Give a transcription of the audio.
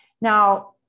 Now